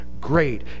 Great